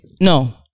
No